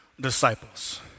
disciples